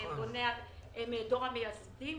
דור המייסדים,